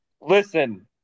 listen